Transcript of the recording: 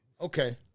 okay